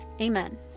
Amen